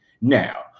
Now